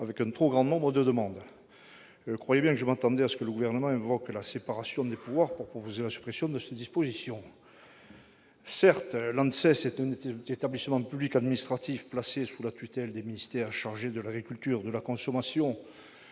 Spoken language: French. par un trop grand nombre de demandes. Je m'attendais bien à ce que le Gouvernement invoque la séparation des pouvoirs pour proposer la suppression de ces dispositions. Certes, l'ANSES est un établissement public administratif placé sous la tutelle des ministères chargés de l'agriculture, de la consommation,